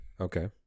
Okay